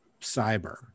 cyber